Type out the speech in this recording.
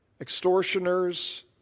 Extortioners